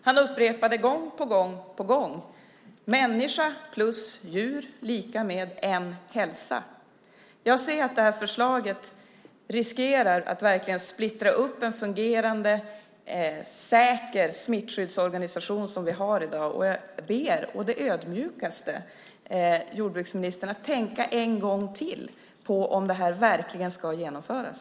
Han upprepade gång på gång: Människa plus djur är lika med en hälsa. Jag ser att förslaget riskerar att splittra en fungerande och säker smittskyddsorganisation som vi har i dag. Jag ber å det ödmjukaste jordbruksministern att tänka en gång till om detta verkligen ska genomföras.